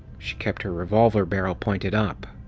she kept her revolver barrel pointed up.